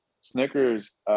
Snickers